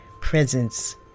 presence